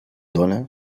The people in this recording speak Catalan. dóna